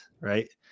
right